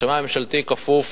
השמאי הממשלתי כפוף